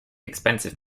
expensive